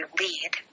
lead